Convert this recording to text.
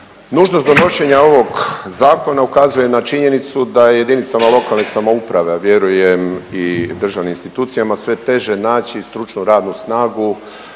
Nužnost donošenja ovog Zakona ukazuje na činjenica da jedinicama lokalne samouprave, a vjerujem i državnim institucijama sve teže naći stručnu radnu snagu